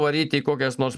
varyti į kokias nors